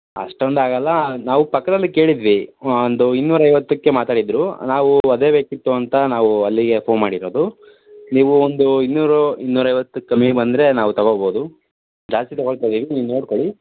ಅಷ್ಟೊಂದಾಗಲ್ಲ ನಾವು ಪಕ್ಕದಲ್ಲಿ ಕೇಳಿದ್ವಿ ಒಂದು ಇನ್ನೂರೈವತ್ತಕ್ಕೆ ಮಾತಾಡಿದರು ನಾವು ಅದೇ ಬೇಕಿತ್ತು ಅಂತ ನಾವು ಅಲ್ಲಿಗೆ ಫೋನ್ ಮಾಡಿರೋದು ನೀವು ಒಂದು ಇನ್ನೂರು ಇನ್ನೂರೈವತ್ತಕ್ಕೆ ಕಮ್ಮಿ ಬಂದರೆ ನಾವು ತೊಗೋಬೋದು ಜಾಸ್ತಿ ತೊಗೊಳ್ತಿದ್ದೀವಿ ನೀವು ನೋಡಿಕೊಳ್ಳಿ